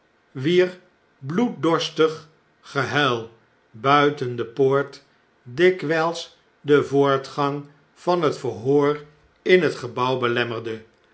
wier bloeddorstig gehuil buiten de poort dikwjjls den vbortgang van het verhoor in het gebouw belemmerde